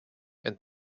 and